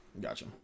Gotcha